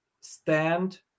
stand